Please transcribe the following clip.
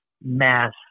mass